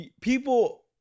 people